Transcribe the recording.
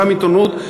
גם עיתונות,